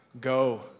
go